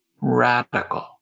radical